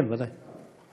כן, ודאי.